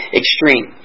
extreme